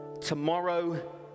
tomorrow